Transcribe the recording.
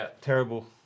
terrible